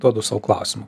duodu sau klausimą